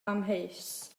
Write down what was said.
amheus